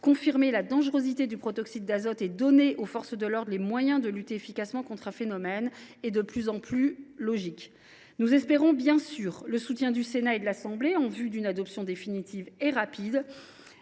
confirmer la dangerosité du protoxyde d’azote et de donner aux forces de l’ordre les moyens de lutter efficacement contre un phénomène de plus en plus inquiétant. Nous espérons bien sûr le soutien du Sénat et de l’Assemblée nationale en vue d’une adoption définitive rapide